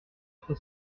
trop